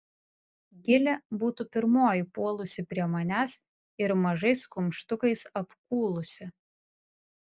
gilė būtų pirmoji puolusi prie manęs ir mažais kumštukais apkūlusi